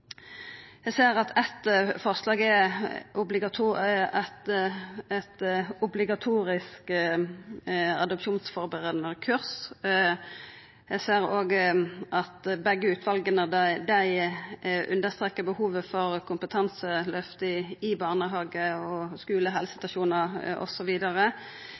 Eg ser at eitt forslag er obligatorisk adopsjonsførebuande kurs. Eg ser òg at begge utvala understrekar behovet for kompetanseløft i barnehage og skule,